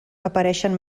apareixen